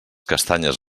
castanyes